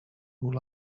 who